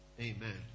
Amen